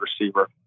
receiver